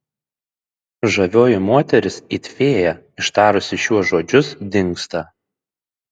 žavioji moteris it fėja ištarusi šiuos žodžius dingsta